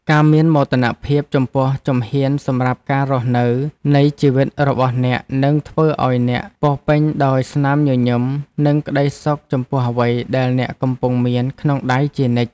ការមានមោទនភាពចំពោះជំហានសម្រាប់ការរស់នៅនៃជីវិតរបស់អ្នកនឹងធ្វើឱ្យអ្នកពោរពេញដោយស្នាមញញឹមនិងក្ដីសុខចំពោះអ្វីដែលអ្នកកំពុងមានក្នុងដៃជានិច្ច។